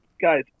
Guys